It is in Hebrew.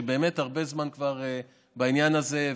שהרבה זמן בעניין הזה,